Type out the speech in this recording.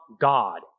God